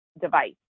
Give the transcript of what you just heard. device